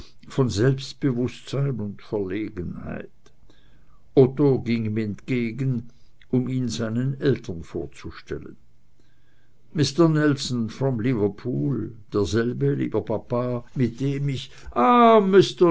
von selbstbewußtsein und verlegenheit otto ging ihm entgegen um ihn seinen eltern vorzustellen mister nelson from liverpool derselbe lieber papa mit dem ich